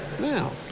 Now